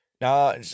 Now